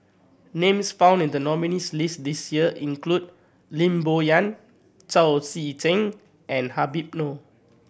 names found in the nominees' list this year include Lim Bo Yam Chao Tzee Cheng and Habib Noh